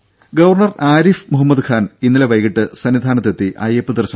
ദേദ ഗവർണർ ആരിഫ് മുഹമ്മദ് ഖാൻ ഇന്നലെ വൈകീട്ട് സന്നിധാനത്തെത്തി അയ്യപ്പ ദർശനം നടത്തി